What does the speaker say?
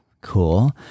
Cool